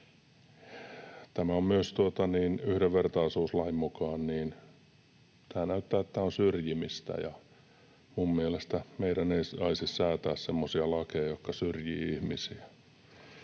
täällä. Myös yhdenvertaisuuslain mukaan näyttää siltä, että tämä on syrjimistä, ja minun mielestäni me emme saisi säätää semmoisia lakeja, jotka syrjivät ihmisiä.